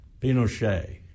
Pinochet